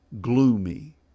gloomy